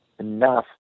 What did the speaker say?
enough